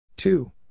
Two